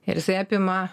ir jisai apima